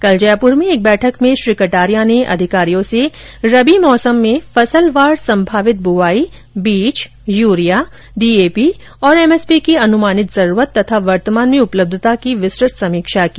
कल जयपुर में एक बैठक में श्री कटारिया ने अधिकारियों से रबी सीजन में फसलवार संभावित बुवाई बीज यूरिया डीएपी और एमएसपी की अनुमानित जरूरत तथा वर्तमान में उपलब्धता की विस्तृत समीक्षा की